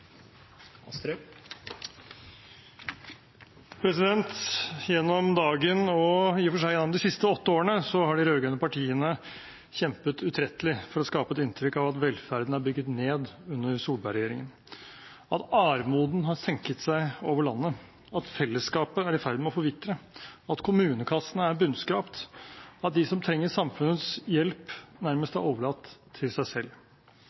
Gjennom dagen – og i og for seg gjennom de siste åtte årene – har de rød-grønne partiene kjempet utrettelig for å skape et inntrykk av at velferden er bygget ned under Solberg-regjeringen, at armoden har senket seg over landet, at fellesskapet er i ferd med å forvitre, at kommunekassene er bunnskrapte, og at de som trenger samfunnets hjelp, nærmest er overlatt til seg selv.